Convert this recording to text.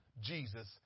Jesus